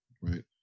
right